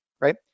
right